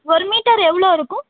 ஒரு மீட்டர் எவ்வளோ இருக்கும்